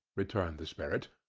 returned the spirit,